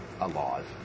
alive